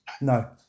No